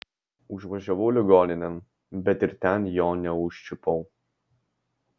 užvažiavau ligoninėn bet ir ten jo neužčiupau